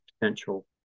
potential